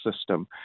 system